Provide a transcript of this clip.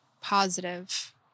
positive